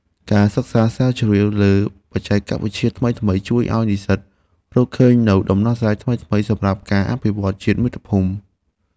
ការសិក្សាស្រាវជ្រាវលើបច្ចេកវិទ្យាថ្មីៗជួយឱ្យនិស្សិតរកឃើញនូវដំណោះស្រាយថ្មីៗសម្រាប់ការអភិវឌ្ឍជាតិមាតុភូមិ។